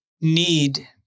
need